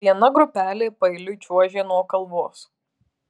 viena grupelė paeiliui čiuožė nuo kalvos